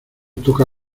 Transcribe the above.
toca